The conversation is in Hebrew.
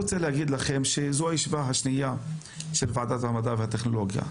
זו הישיבה השנייה של ועדת המדע והטכנולוגיה,